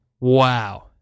Wow